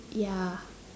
ya